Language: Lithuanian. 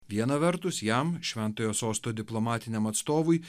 viena vertus jam šventojo sosto diplomatiniam atstovui